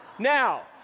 Now